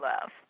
love